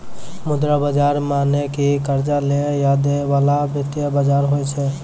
मुद्रा बजार मने कि कर्जा लै या दै बाला वित्तीय बजार होय छै